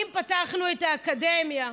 אם פתחנו את האקדמיה,